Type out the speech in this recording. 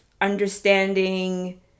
understanding